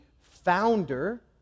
founder